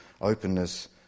openness